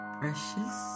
precious